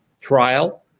trial